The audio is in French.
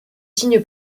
signe